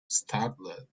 startled